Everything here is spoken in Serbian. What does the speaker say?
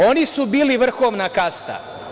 Oni su bili vrhovna kasta.